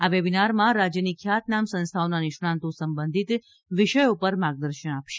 આ વેબિનારમાં રાજ્યની ખ્યાતનામ સંસ્થાઓના નિષ્ણાંતો સંબંધિત વિષયોપર માર્ગદર્શન આપશે